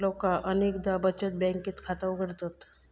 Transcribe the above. लोका अनेकदा बचत बँकेत खाता उघडतत